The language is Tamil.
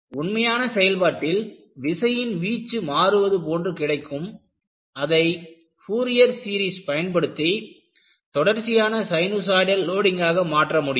உண்மையான செயல்பாட்டில் விசையின் வீச்சு மாறுவது போன்று கிடைக்கும் அதை பூரியர் சீரிஸ் பயன்படுத்தி தொடர்ச்சியான சினுசாய்டல் லோடிங்காக மாற்ற முடியும்